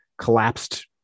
collapsed